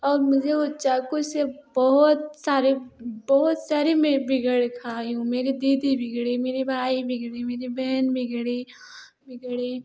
और मुझे वह चाकू से बहुत सारे बहुत सारे मैं बिगड़ खाई हूँ मेरी दीदी बिगड़ी मेरी भाई बिगड़ी मेरी बहन बिगड़ी बिगड़ी